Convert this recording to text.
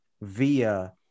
via